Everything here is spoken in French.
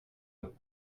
eux